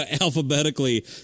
alphabetically